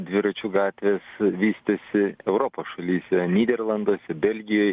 dviračių gatvės vystėsi europos šalyse nyderlanduose belgijoj